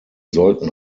sollten